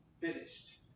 finished